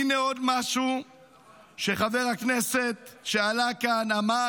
הינה עוד משהו שחבר הכנסת שעלה כאן אמר